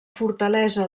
fortalesa